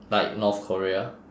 like north korea